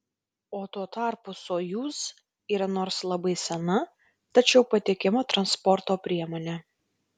o tuo tarpu sojuz yra nors ir labai sena tačiau patikima transporto priemonė